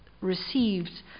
received